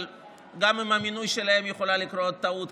אבל גם עם המינוי שלהם יכולה לקרות טעות,